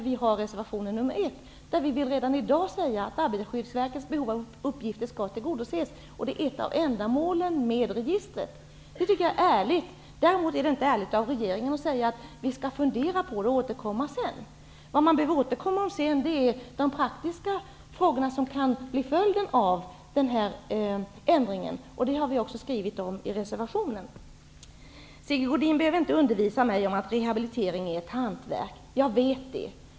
I reservation 1 vill vi redan i dag säga att Arbetarskyddsverkets behov av uppgifter skall tillgodoses, och att detta är ett av ändamålen med registret. Detta är ärligt. Däremot är det inte ärligt av regeringen att säga: Vi skall fundera på saken och återkomma sedan. Vad man behöver återkomma om är de praktiska frågor som kan bli följden av denna ändring. Det har vi också skrivit om i vår reservation. Sigge Godin behöver inte undervisa mig om att rehabilitering är ett hantverk. Jag vet det.